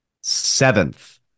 seventh